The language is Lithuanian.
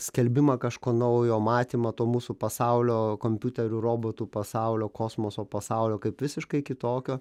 skelbimą kažko naujo matymą to mūsų pasaulio kompiuterių robotų pasaulio kosmoso pasaulio kaip visiškai kitokio